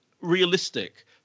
realistic